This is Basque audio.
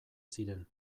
ziren